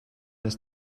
ist